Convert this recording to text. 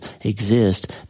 exist